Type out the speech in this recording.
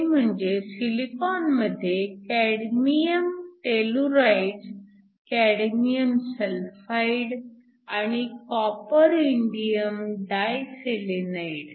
ते म्हणजे सिलिकॉन मध्ये कॅडमियम टेलुराईड कॅडमिअम सल्फाइड आणि कॉपर इंडिअम डाय सेलेनाईड